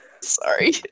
Sorry